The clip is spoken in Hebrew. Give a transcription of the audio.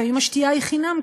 ולפעמים השתייה היא חינם,